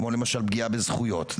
כמו למשל פגיעה בזכויות.